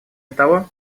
того